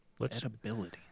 Edibility